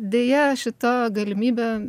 deja šita galimybe